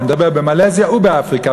אני מדבר במלזיה ובאפריקה,